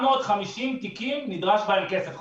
450 תיקים נדרש בהם כסף בחזרה.